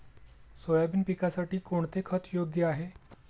Soybean पिकासाठी कोणते खत योग्य आहे?